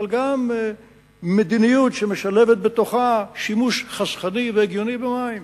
אבל גם מדיניות שמשלבת שימוש חסכני והגיוני במים,